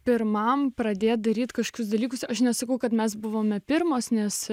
pirmam pradėti daryti kažkokius dalykus aš nesakau kad mes buvome pirmos nes